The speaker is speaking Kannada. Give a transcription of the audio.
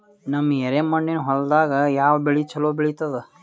ನಮ್ಮ ಎರೆಮಣ್ಣಿನ ಹೊಲದಾಗ ಯಾವ ಬೆಳಿ ಚಲೋ ಬೆಳಿತದ?